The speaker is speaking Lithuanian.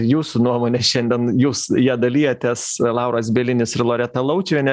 jūsų nuomone šiandien jūs ją dalijatės lauras bielinis ir loreta laučiuvienė